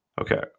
Okay